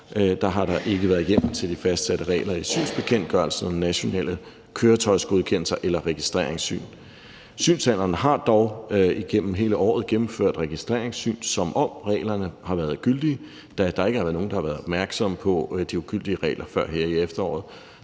januar i år ikke har været hjemmel til de fastsatte regler i synsbekendtgørelsen om nationale køretøjsgodkendelser eller registreringssyn. Synscentrenehar dog igennem hele året gennemført registreringssyn, som om reglerne har været gyldige, da der ikke har været nogen, der har været opmærksomme på de ugyldige regler før her i efteråret.